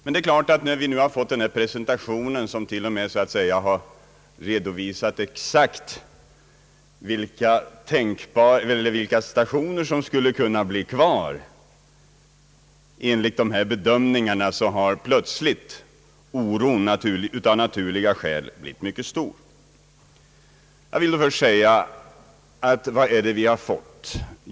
När vi nu har fått den här presentationen, som till och med redovisar i detalj vilka järnvägsstationer som skulle få finnas kvar enligt de gjorda bedömningarna, är det emellertid klart att oron plötsligt, av naturliga skäl, har blivit mycket stor. Vad är det då vi har fått?